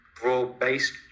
broad-based